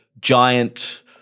giant